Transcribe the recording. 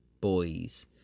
boys